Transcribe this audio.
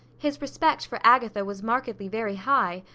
his respect for agatha was markedly very high,